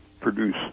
produce